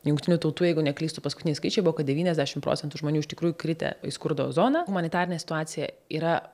jungtinių tautų jeigu neklystu paskutiniai skaičiai buvo kad devyniasdešim procentų žmonių iš tikrųjų kritę į skurdo zoną humanitarinė situacija yra